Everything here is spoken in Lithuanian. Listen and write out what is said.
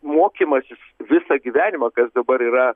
mokymasis visą gyvenimą kas dabar yra